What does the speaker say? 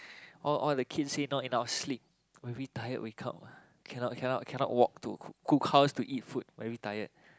all all the kids said not enough sleep very tired wake up ah cannot cannot cannot walk to co~ cook house to eat food very tired